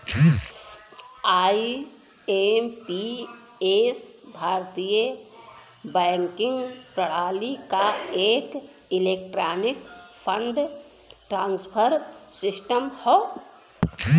IMPS भारतीय banking प्रणाली क एक इलेक्ट्रॉनिक फंड ट्रांसफर सिस्टम हौ